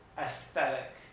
Aesthetic